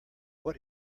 what